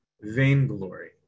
vainglory